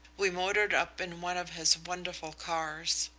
we motored up in one of his wonderful cars.